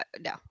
no